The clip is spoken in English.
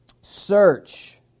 Search